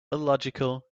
illogical